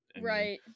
Right